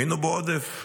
היינו בעודף,